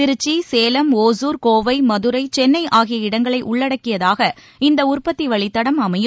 திருச்சி சேலம் ஒசூர் கோவை மதுரை சென்னை ஆகிய இடங்களை உள்ளடக்கியதாக இந்த உற்பத்தி வழித்தடம் அமையும்